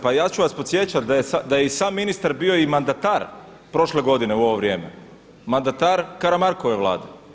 Pa ja ću vas podsjećat da je i sam ministar bio i mandatar prošle godine u ovo vrijeme, mandatar Karamarkove Vlade.